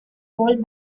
cold